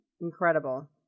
incredible